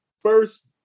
first